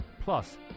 plus